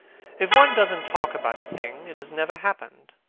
if one doesn't talk about a thing, it has never happened.